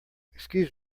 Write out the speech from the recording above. excuse